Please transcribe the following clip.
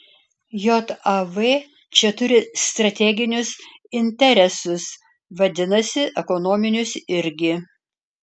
jav čia turi strateginius interesus vadinasi ekonominius irgi